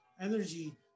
energy